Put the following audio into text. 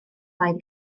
plaid